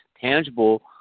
tangible